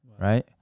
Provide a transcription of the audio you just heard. right